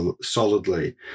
solidly